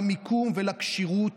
למיקום ולכשירות,